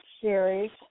series